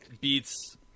beats